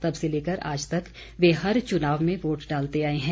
तब से लेकर आज तक वे हर चुनाव में वोट डालते आए हैं